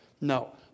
No